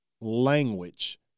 language